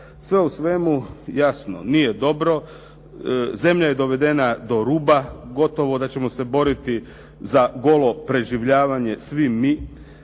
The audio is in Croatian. Sve u svemu jasno nije dobro, zemlja je dovedena do ruba, gotovo da ćemo se boriti za golo preživljavanje svi vi.